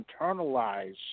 internalize